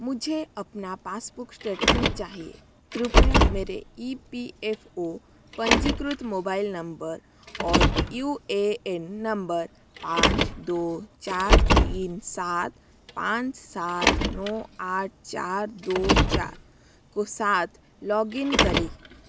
मुझे अपना passbook statement चाहिए कृपया मेरे ई पी एफ़ ओ पंजीकृत मोबाइल नम्बर और यू ए एन नम्बर पाँच दो चार तीन सात पाँच सात नौ आठ चार दो चार को साथ लॉगिन करें